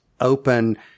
open